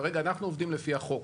כרגע אנחנו עובדים לפי החוק,